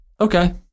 okay